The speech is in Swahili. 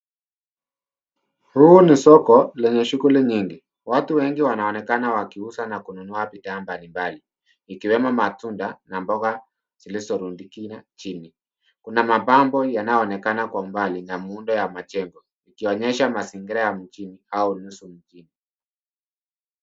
Huu ni soko lenye shughuli nyingi. Watu weni wanaonekana wakiuza na kununua bidhaa mbalimbali ikiwemo matunda na mboga zilizorundikwa chini. Kuna mabango yanayoonekana kwa umbali na muundo wa majengo ikionyesha mazingira ya mjini au nusu mjini.